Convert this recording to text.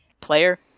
player